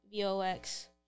VOX